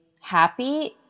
happy